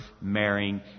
marrying